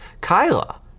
Kyla